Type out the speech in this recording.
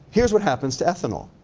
here's what happens to ethanol.